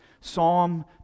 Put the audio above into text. Psalm